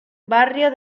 barrio